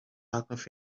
ogilvy